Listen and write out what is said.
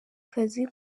kazi